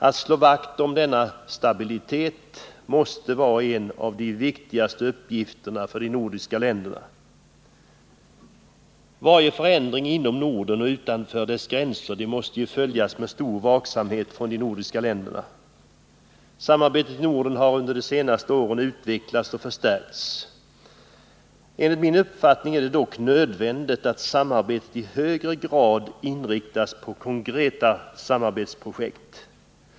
Att slå vakt om denna stabilitet måste vara en av de viktigare uppgifterna för de nordiska länderna. Varje förändring inom Norden och utanför dess gränser måste följas med stor vaksamhet från de nordiska länderna. Samarbetet i Norden har under de senaste åren utvecklats och förstärkts. Enligt min uppfattning är det nödvändigt att samarbetet i högre grad inriktas på konkreta samarbetsprojekt.